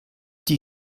die